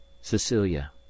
CECILIA